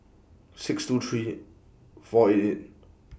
six two three four eight eight